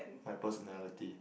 my personality